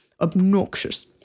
obnoxious